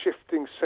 shifting